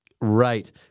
Right